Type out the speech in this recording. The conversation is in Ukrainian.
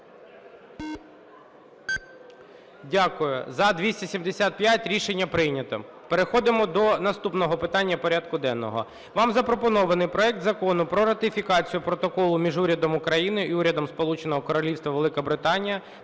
Дякую. За – 275. Рішення прийнято. Переходимо до наступного питання порядку денного. Вам запропонований проект Закону про ратифікацію Протоколу між Урядом України і Урядом Сполученого Королівства Великої Британії